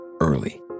Early